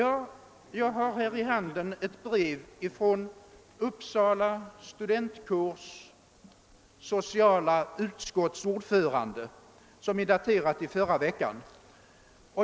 Jag har i handen ett brev från Uppsala studentkårs sociala utskotts ordförande. Brevet är daterat i förra veckan.